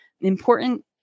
important